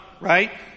Right